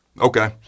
Okay